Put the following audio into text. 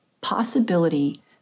possibility